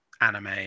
anime